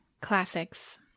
Classics